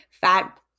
Fat